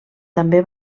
també